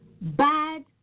Bad